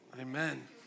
Amen